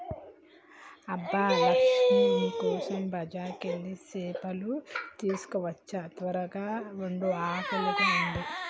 అబ్బ లక్ష్మీ నీ కోసం బజారుకెళ్ళి సేపలు తీసుకోచ్చా త్వరగ వండు ఆకలిగా ఉంది